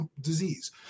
disease